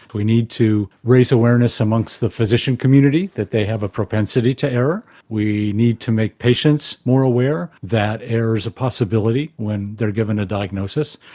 we need to raise awareness amongst the physician community, that they have a propensity to error. we need to make patients more aware that errors are a possibility when they are given a diagnosis.